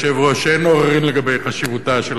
אין עוררין לגבי חשיבותה של התוכנית,